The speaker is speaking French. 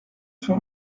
sur